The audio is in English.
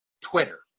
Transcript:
Twitter